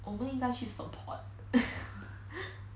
我们应该去 support